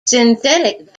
synthetic